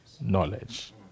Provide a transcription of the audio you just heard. knowledge